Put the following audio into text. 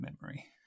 memory